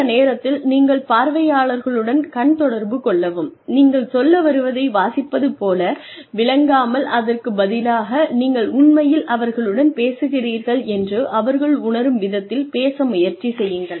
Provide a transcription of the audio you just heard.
இந்த நேரத்தில் நீங்கள் பார்வையாளர்களுடன் கண் தொடர்பு கொள்ளவும் நீங்கள் சொல்ல வருவதை வாசிப்பது போல விளக்காமல் அதற்குப் பதிலாக நீங்கள் உண்மையில் அவர்களுடன் பேசுகிறீர்கள் என்று அவர்கள் உணரும் விதத்தில் பேச முயற்சி செய்யுங்கள்